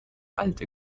alte